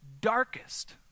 darkest